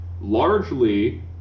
largely